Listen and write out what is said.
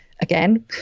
again